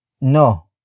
NO